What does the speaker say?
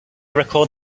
recalled